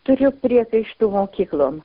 turiu priekaištų mokyklom